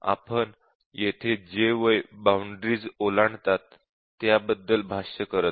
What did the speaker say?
आपण येथे जे वय बाउंडरी ओलांडतात त्याबद्दल भाष्य करत नाही